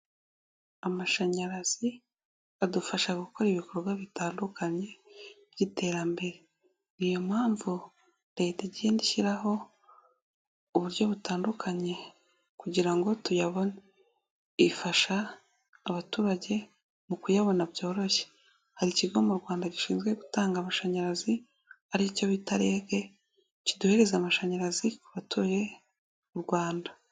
Amashanyarazi adufasha gukora ibikorwa bitandukanye by'iterambere. Ni iyo mpamvu Leta igenda ishyiraho uburyo butandukanye kugira ngo tuyabone. Ifasha abaturage mu kuyabona byoroshye .Hari Ikigo mu Rwanda gishinzwe gutanga amashanyarazi ari cyo bita REG kiduhereza amashanyarazi ku batuye u Rwanda.